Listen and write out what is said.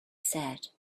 said